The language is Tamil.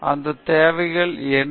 அந்த தேவைகள் என்ன